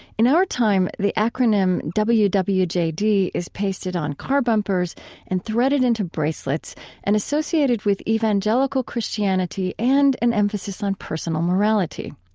in our time, the acronym w w j d. is pasted on car bumpers and threaded into bracelets and associated with evangelical christianity and an emphasis on personal morality.